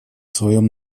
своем